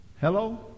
Hello